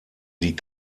die